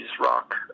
rock